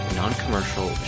non-commercial